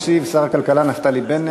ישיב שר הכלכלה נפתלי בנט.